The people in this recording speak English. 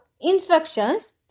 instructions